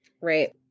Right